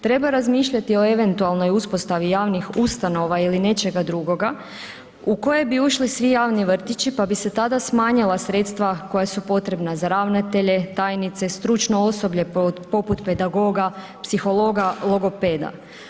Treba razmišljati o eventualnoj uspostavi javnih ustanova ili nečega drugoga u koje bi ušli svi javni vrtići pa bi se tada smanjila sredstva koja su potrebna za ravnatelje, tajnice, stručno osoblje poput pedagoga, psihologa, logopeda.